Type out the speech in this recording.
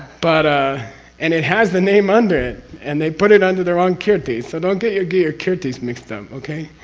but. ah and it has the name under it and they put it under the wrong kirti, so don't get your get your kirtis mixed up. okay?